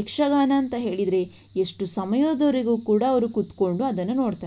ಯಕ್ಷಗಾನ ಅಂತ ಹೇಳಿದರೆ ಎಷ್ಟು ಸಮಯದವರೆಗೂ ಕೂಡ ಅವರು ಕೂತ್ಕೊಂಡು ಅದನ್ನು ನೋಡ್ತಾರೆ